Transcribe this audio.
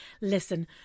listen